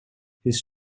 his